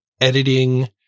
editing